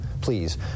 Please